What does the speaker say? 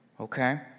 okay